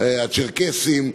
אצל הצ'רקסים,